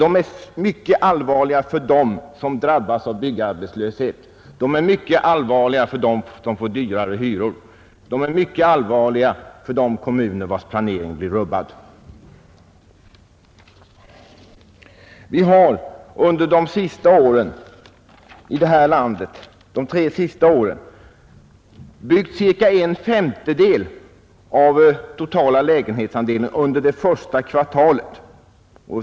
De är mycket allvarliga för dem som drabbas av byggarbetslöshet, för dem som får dyrare hyror och för de kommu ner vilkas planering blir rubbad. Under de tre senaste åren har vi här i landet påbörjat ca en femtedel av det totala antalet lägenheter under första kvartalet.